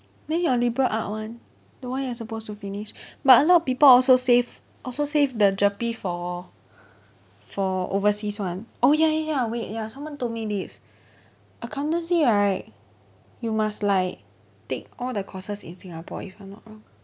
then your liberal art one the one you are supposed to finish but a lot of people also save also save the GERPE for for overseas one oh ya ya ya wait ya someone told me this accountancy right you must like take all the courses in singapore if I'm not wrong